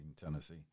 Tennessee